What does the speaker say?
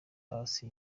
paccy